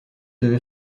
devez